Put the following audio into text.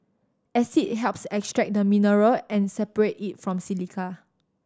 acid helps extract the mineral and separate it from silica